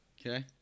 Okay